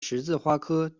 十字花科